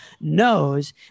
knows